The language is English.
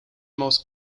most